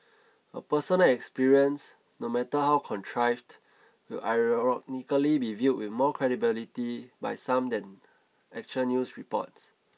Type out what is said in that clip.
a personal experience no matter how contrived will ironically be viewed with more credibility by some than actual news reports